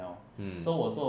mm